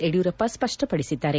ಯಡಿಯೂರಪ್ಪ ಸ್ಪಷ್ಟಪಡಿಸಿದ್ದಾರೆ